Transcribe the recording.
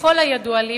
ככל הידוע לי,